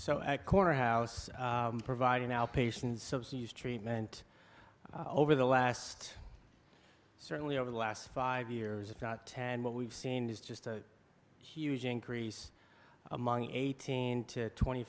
corner house providing our patients treatment over the last certainly over the last five years if not ten what we've seen is just a huge increase among eighteen to twenty